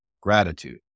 gratitude